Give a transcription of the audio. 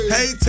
Hey